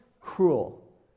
cruel